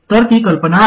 तर ती कल्पना आहे